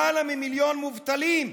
למעלה ממיליון מובטלים: